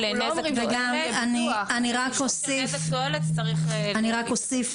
אני רק אוסיף,